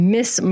Miss